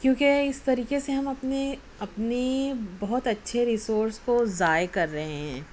کیونکہ اِس طریقے سے ہم اپنے اپنی بہت اچھے ریسورس کو ضائع کر رہے ہیں